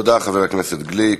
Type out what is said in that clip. תודה, חבר הכנסת גליק.